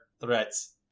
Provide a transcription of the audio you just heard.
threats